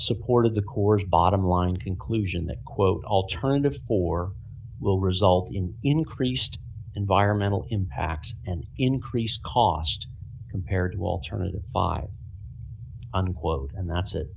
support of the course bottom line conclusion that quote alternatives for will result in increased environmental impact and increased cost compared to alternative five unquote and that's it